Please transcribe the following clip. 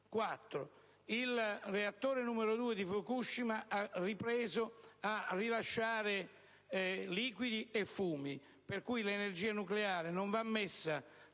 Il reattore numero due di Fukushima ha ripreso a rilasciare liquidi e fumi, per cui l'energia nucleare non va messa